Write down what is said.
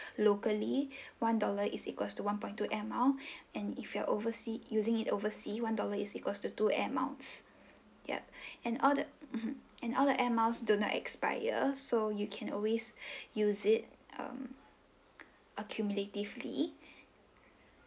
locally one dollar is equals to one point two air mile and if you are oversea using it oversea one dollar is equals to two air miles yup and all the mmhmm and all the air miles do not expire so you can always use it um accumulatively